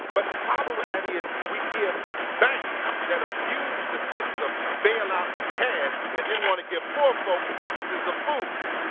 but the problem with that is we give banks that abuse the system bailouts of cash and then wanna give poor folk boxes of food,